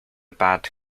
bad